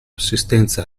assistenza